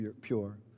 pure